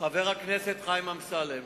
חבר הכנסת חיים אמסלם